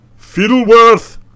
Fiddleworth